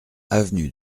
avenue